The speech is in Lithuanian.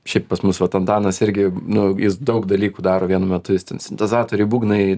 šiaip pas mus vat antanas irgi nu jis daug dalykų daro vienu metu jis ten sintezatoriai būgnai